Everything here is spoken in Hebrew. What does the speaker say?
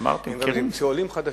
עולים חדשים,